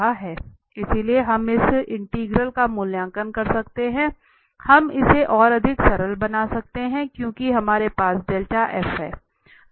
इसलिए हम इस इंटीग्रल का मूल्यांकन कर सकते हैं हम इसे और अधिक सरल बना सकते हैं क्योंकि हमारे पास हैं